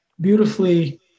beautifully